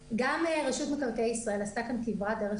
גם רשות מקרקעי ישראל עשתה כאן כברת דרך